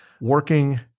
working